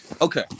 okay